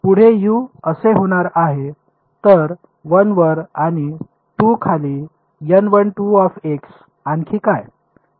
पुढे यू असे होणार आहे तर 1 वर आणि 2 खाली आणखी काय